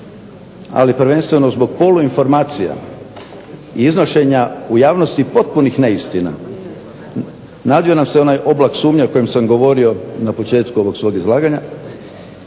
ali prvenstveno zbog poluinformacija i iznošenja u javnosti potpunih neistina, nadvio nam se onaj oblak sumnje o kojem sam govorio na početku ovog svog izlaganja